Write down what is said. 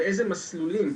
באיזה מסלולים,